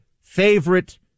favorite